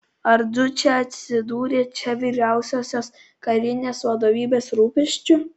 ar dučė atsidūrė čia vyriausiosios karinės vadovybės rūpesčiu